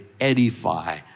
edify